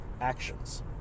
actions